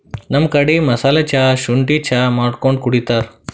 ನಮ್ ಕಡಿ ಮಸಾಲಾ ಚಾ, ಶುಂಠಿ ಚಾ ಮಾಡ್ಕೊಂಡ್ ಕುಡಿತಾರ್